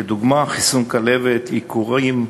לדוגמה חיסון כלבת, עיקורים,